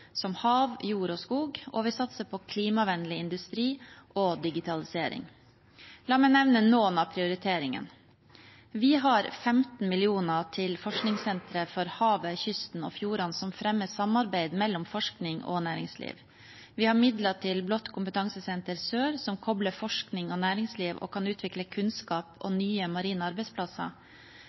som hav, jord og skog, og på klimavennlig industri og digitalisering. La meg nevne noen av prioriteringene. Vi har 15 mill. kr til forskningssentre for havet, kysten og fjordene, som fremmer samarbeid mellom forskning og næringsliv. Vi har midler til Blått kompetansesenter i Sør, som kobler forskning og næringsliv og kan utvikle kunnskap om nye marine arbeidsplasser.